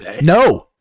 no